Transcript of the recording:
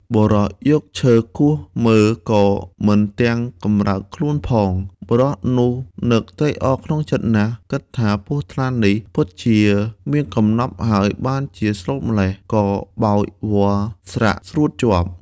បុរសយកឈើគោះមើលក៏មិនទាំង កំរើកខ្លួនផង បុរសនោះនឹកត្រេកអរក្នុងចិត្ដណាស់ គិតថាពស់ថ្លាន់នេះ ពិតជាមានកំណប់ហើយបានជាស្លូតម្ល៉េះ ក៏បោចវល្លិ៍ស្រាក់ស្រួតជាប់។